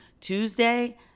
Tuesday